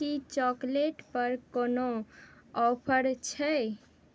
की चॉकलेटपर कोनो ऑफर छै